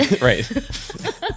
Right